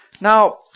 Now